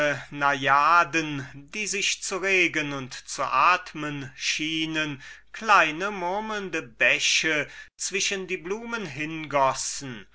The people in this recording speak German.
najaden die sich zu regen und zu atmen schienen kleine murmelnde bäche zwischen die blumen hingossen